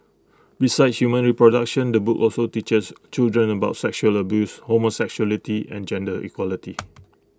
besides human reproduction the book also teaches children about sexual abuse homosexuality and gender equality